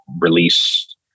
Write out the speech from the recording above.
release